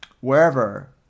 wherever